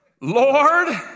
Lord